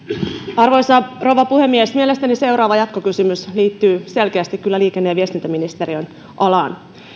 arvoisa rouva puhemies mielestäni seuraava jatkokysymys liittyy selkeästi kyllä liikenne ja viestintäministeriön alaan